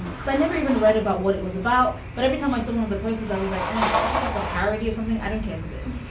um i never even read about what it was about. but every time i saw one of the posters i was like this is like a parody of something. i don't care for this.